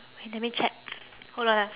wait let me check hold on ah